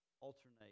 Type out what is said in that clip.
alternate